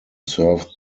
serve